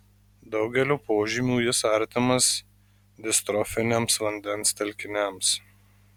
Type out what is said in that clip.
daugeliu požymių jis artimas distrofiniams vandens telkiniams